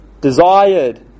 desired